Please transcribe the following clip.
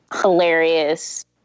hilarious